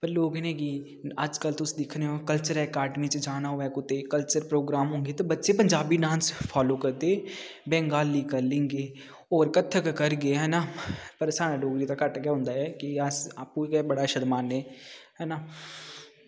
पर लोक इ'नेंगी अज्जकल तुस दिक्खने ओ कल्चरल अकैडमी च जाना होऐ कुतै कल्चरल प्रोग्राम होगे ते बच्चे पंजाबी डांस फालो करदे बैंगाली करगे होर कथक करगे हैना पर साढ़ा डोगरी दा घट्ट गै होंदा ऐ कि अस आपूं गै बड़ा शरमान्नै है ना